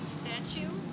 statue